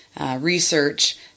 research